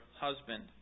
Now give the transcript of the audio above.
husband